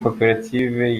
koperative